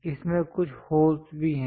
इसमें कुछ होल्स भी हैं